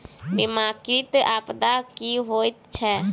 बीमाकृत आपदा की होइत छैक?